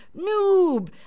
noob